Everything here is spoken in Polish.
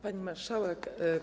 Pani Marszałek!